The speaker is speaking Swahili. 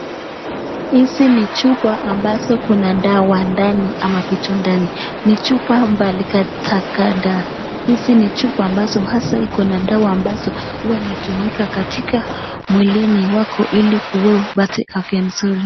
Hizi ni chupa ambazo kuna dawa ndani ama vitu ndani. Ni chupa mbali kadha kadha hizi ni chupa ambazo hasa iko na dawa hasa ambazo huwa inatumika katika mwilini wako ili upate afya nzuri.